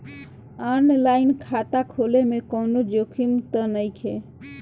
आन line खाता खोले में कौनो जोखिम त नइखे?